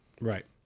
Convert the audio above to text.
Right